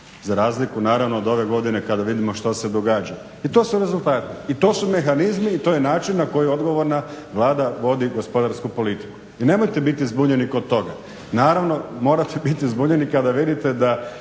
za razliku naravno od ove godine kada vidimo što se događa. I to su rezultati i to su mehanizmi i to je način na koji odgovorna Vlada vodi gospodarsku politiku. i nemojte biti zbunjeni kod toga. Naravno morate biti zbunjeni kada vidite da